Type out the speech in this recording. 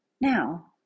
Now